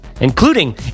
including